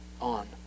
on